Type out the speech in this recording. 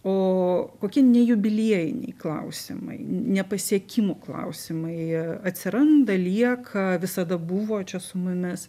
ooo kokie ne jubiliejiniai klausimai ne pasiekimų klausimai jie atsiranda lieka visada buvo čia su mumis